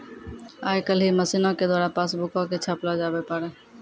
आइ काल्हि मशीनो के द्वारा पासबुको के छापलो जावै पारै